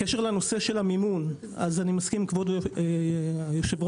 לגבי המימון אני מסכים עם כבוד היושב-ראש,